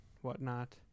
whatnot